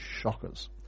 shockers